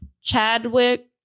Chadwick